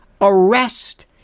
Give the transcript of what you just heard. arrest